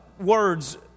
words